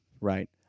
Right